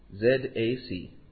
z-a-c